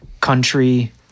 country